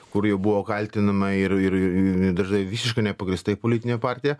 kur jau buvo kaltinama ir ir i dažnai visiškai nepagrįstai politinė partija